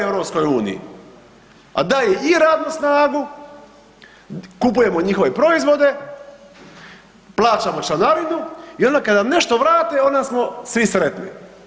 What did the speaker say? A daje i radnu snagu, kupujemo njihove proizvode, plaćamo članarinu i onda kad nam nešto vrate onda smo svi sretni.